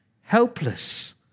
helpless